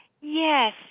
Yes